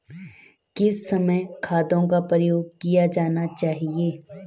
किस समय खादों का प्रयोग किया जाना चाहिए?